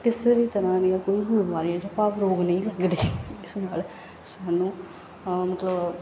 ਕਿਸੇ ਵੀ ਤਰ੍ਹਾਂ ਦੀਆਂ ਕੋਈ ਹੋਰ ਬਿਮਾਰੀਆਂ ਜਾਂ ਭਾਵ ਰੋਗ ਨਹੀਂ ਲੱਗਦੇ ਕਿਸੇ ਨਾਲ ਸਾਨੂੰ ਮਤਲਬ